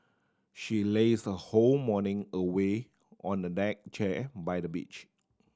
she laze her whole morning away on the deck chair by the beach